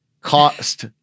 cost